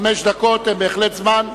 חמש דקות הן בהחלט זמן,